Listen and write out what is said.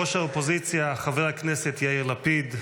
ראש האופוזיציה חבר הכנסת יאיר לפיד,